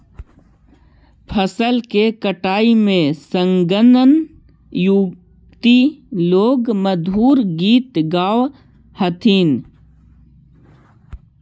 फसल के कटाई में संलग्न युवति लोग मधुर गीत गावऽ हथिन